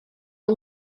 yng